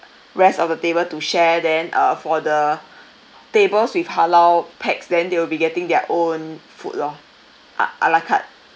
rest of the table to share then uh for the tables with halal pax then they will be getting their own food lor a~ ala carte